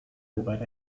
lugar